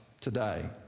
today